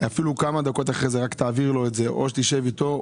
כמה דקות לאחר הישיבה תעביר לו את הפרטים או שתשב איתו.